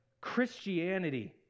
Christianity